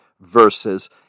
verses